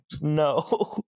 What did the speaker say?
No